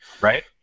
Right